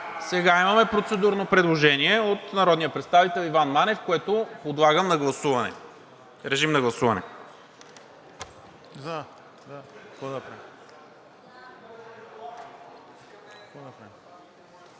Сега имаме процедурно предложение от народния представител Иван Манев, което подлагам на гласуване. Режим на гласуване.